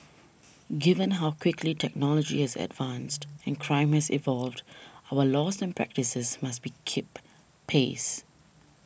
given how quickly technology has advanced in crime has evolved our laws and practices must be keep pace